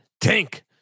tank